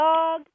Dog